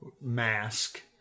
mask